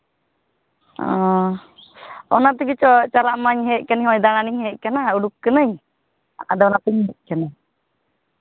ᱚᱱᱟ ᱛᱮᱜᱮ ᱪᱚ ᱪᱟᱞᱟᱜ ᱢᱟᱧ ᱦᱮᱡ ᱠᱟᱹᱱᱟᱹᱧ ᱱᱚᱜᱼᱚᱭ ᱫᱟᱬᱟᱱᱤᱧ ᱦᱮᱡ ᱠᱟᱹᱱᱟᱹᱧ ᱩᱰᱩᱠ ᱠᱟᱹᱱᱟᱹᱧ ᱟᱫᱚ ᱚᱱᱟᱛᱮᱧ ᱦᱮᱡ ᱠᱟᱱᱟ